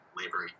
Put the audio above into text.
labor